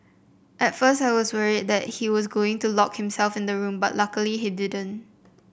at first I was worried that he was going to lock himself in the room but luckily he didn't